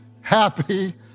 happy